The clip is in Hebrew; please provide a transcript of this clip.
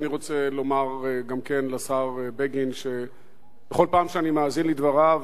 אני גם כן רוצה לומר לשר בגין שבכל פעם שאני מאזין לדבריו